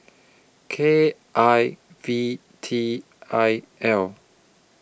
K I V T I L